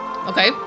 Okay